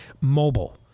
Mobile